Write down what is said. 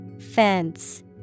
Fence